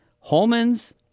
Holman's